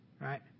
right